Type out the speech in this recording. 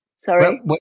Sorry